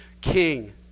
king